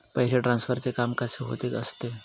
पैसे ट्रान्सफरचे काम कसे होत असते?